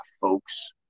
folks